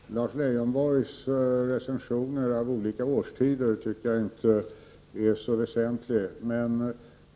Herr talman! Lars Leijonborgs recensioner av olika årstider tycker jag inte är så väsentliga.